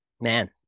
Man